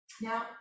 Now